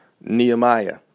Nehemiah